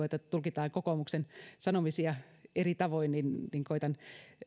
että tulkitaan kokoomuksen sanomisia eri tavoin koetan